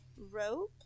Rope